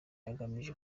agamije